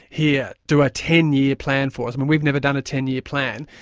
here, do a ten year plan for us, i mean, we've never done a ten year plan,